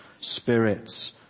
spirits